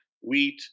wheat